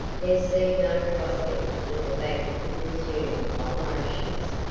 there seemed no prospect that the bank could resume operations,